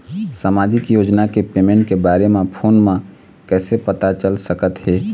सामाजिक योजना के पेमेंट के बारे म फ़ोन म कइसे पता चल सकत हे?